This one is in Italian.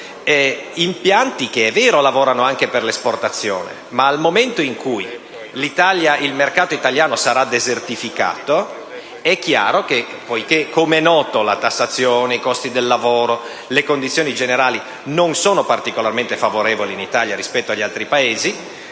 impianti lavorano anche per l'esportazione, ma nel momento in cui il mercato italiano sarà desertificato, poiché - com'è noto - la tassazione, il costo del lavoro, le condizioni generali non sono particolarmente favorevoli in Italia rispetto agli altri Paesi